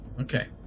Okay